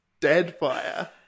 Deadfire